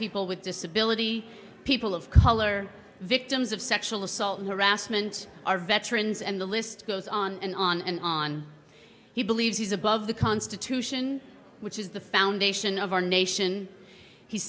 people with disability people of color victims of sexual assault harassment our veterans and the list goes on and on and on he believes he's above the constitution which is the foundation of our nation he